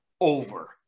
over